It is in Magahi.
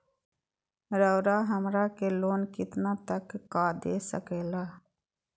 रउरा हमरा के लोन कितना तक का दे सकेला?